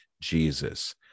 Jesus